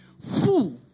Fool